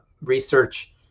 research